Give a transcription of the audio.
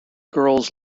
girls